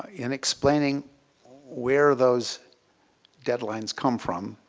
in explaining where those deadlines come from,